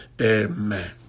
Amen